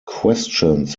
questions